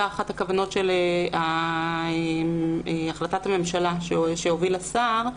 אחת הכוונות לדעתי של החלטת הממשלה שהוביל השר,